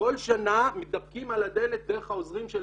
כל שנה מתדפקים על הדלת דרך העוזרים של